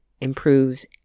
improves